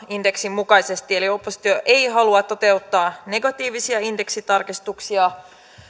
indeksin mukaisesti eli oppositio ei halua toteuttaa negatiivisia indeksitarkistuksia